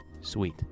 Sweet